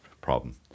Problem